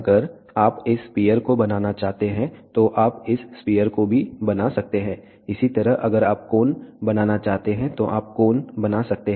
अगर आप इस स्फीयर को बनाना चाहते हैं तो आप इस स्फीयर को भी बना सकते हैं इसी तरह अगर आप कोन बनाना चाहते हैं तो आप कोन बना सकते हैं